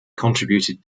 contributed